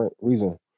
reason